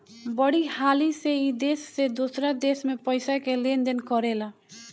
बड़ी हाली से ई देश से दोसरा देश मे पइसा के लेन देन करेला